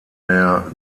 der